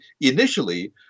initially